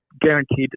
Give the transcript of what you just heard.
guaranteed